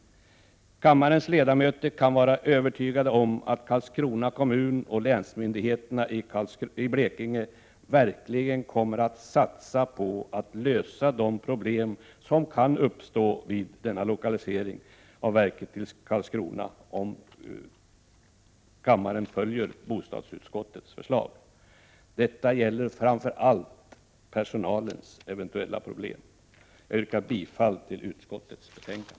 Kammarens ledamöter kan vara övertygade om att Karlskrona kommun och länsmyndigheterna i Blekinge verkligen kommer att satsa på att lösa de problem som kan uppstå vid denna lokalisering av verket till Karlskrona, om kammaren följer bostadsutskottets förslag. Detta gäller framför allt personalens eventuella problem. Jag yrkar bifall till utskottets hemställan.